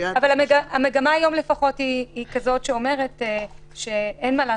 המגמה כיום אומרת שאין מה לעשות,